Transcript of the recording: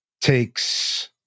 takes